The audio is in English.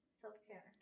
self-care